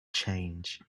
change